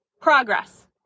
progress